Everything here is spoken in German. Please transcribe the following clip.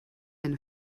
eine